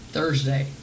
Thursday